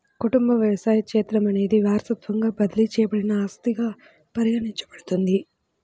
కుటుంబ వ్యవసాయ క్షేత్రం అనేది వారసత్వంగా బదిలీ చేయబడిన ఆస్తిగా పరిగణించబడుతుంది